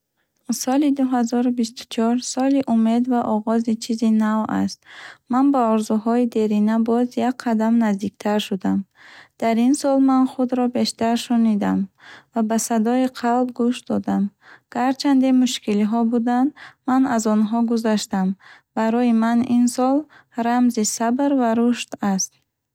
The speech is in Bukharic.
Соли дуҳазору бисту чор соли умед ва оғози чизи нав аст. Ман ба орзуҳои дерина боз як қадам наздиктар шудам. Дар ин сол ман худро бештар шунидам ва ба садои қалб гӯш додам. Гарчанде мушкилиҳо буданд, ман аз онҳо гузаштам. Барои ман ин сол рамзи сабр ва рушд аст.